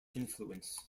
influence